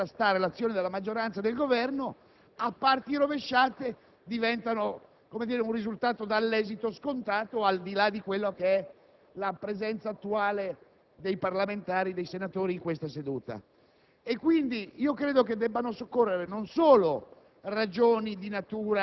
sono un diritto dell'opposizione per tentare di contrastare l'azione della maggioranza e del Governo, a parti rovesciate diventano un risultato dall'esito scontato, al di là della presenza attuale dei senatori in questa seduta.